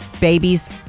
babies